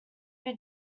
who